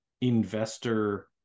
investor